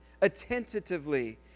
attentively